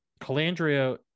Calandria